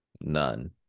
none